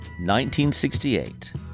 1968